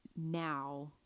now